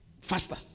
faster